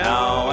Now